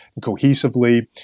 cohesively